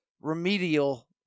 remedial